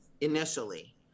initially